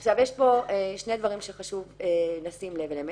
עכשיו יש פה שני דברים שחשוב לשים לב אליהם.